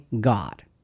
God